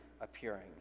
appearing